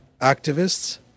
activists